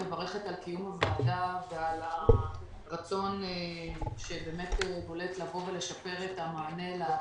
אני מברכת על קיום הוועדה ועל הרצון הבולט לשפר את המענה לפריפריה.